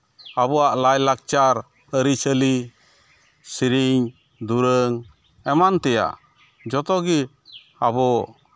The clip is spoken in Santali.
ᱟᱵᱚᱣᱟᱜ ᱞᱟᱭᱼᱞᱟᱠᱪᱟᱨ ᱟᱹᱨᱤᱪᱟᱹᱞᱤ ᱥᱤᱨᱤᱧ ᱫᱩᱨᱟᱹᱝ ᱮᱢᱟᱱ ᱛᱮᱭᱟᱜ ᱡᱚᱛᱚ ᱜᱤ ᱟᱵᱚ